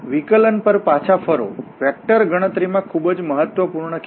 વિકલન પર પાછા ફરો વેક્ટરગણતરી વેક્ટર કેલ્ક્યુલસ માં ખૂબ જ મહત્વપૂર્ણ ખ્યાલ છે